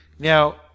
Now